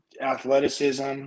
athleticism